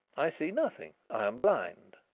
i see nothing. i am blind.